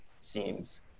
seems